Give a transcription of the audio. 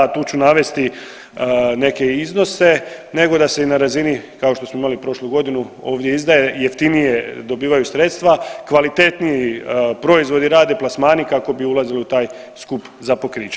Tu ću navesti neke iznose, nego da se i na razini kao što smo imali prošlu godinu ovdje izdaje, jeftinije dobivaju sredstva, kvalitetniji proizvodi rade plasmani kako bi ulazili u taj skup za pokriće.